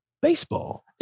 Baseball